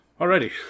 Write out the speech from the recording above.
Alrighty